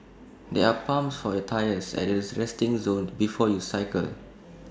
there are pumps for your tyres at this resting zone before you cycle